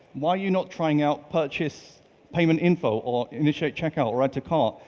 why are you not trying out purchase payment info or initiate check out or add to cart,